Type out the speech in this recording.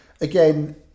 again